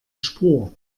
spur